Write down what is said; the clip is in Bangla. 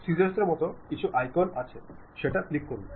কাঁচির মতো কিছু আইকন আছে ক্লিক করুন